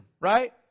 Right